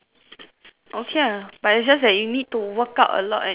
okay lah but it's just that you need to work out a lot and just